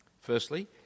Firstly